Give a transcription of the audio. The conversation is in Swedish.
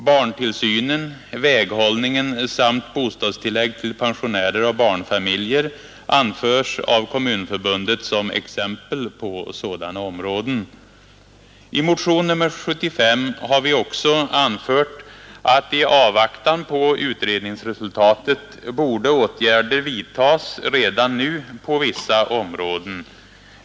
Barntillsynen, väghållningen samt bostadstillägg till pensionärer och barnfamiljer anförs av Kommunförbundet som exempel på sådana områden. I motionen 75 har vi också anfört att i avvaktan på utredningsresultatet borde åtgärder vidtas redan nu på vissa områden.